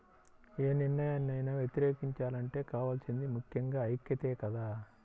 యే నిర్ణయాన్నైనా వ్యతిరేకించాలంటే కావాల్సింది ముక్కెంగా ఐక్యతే కదా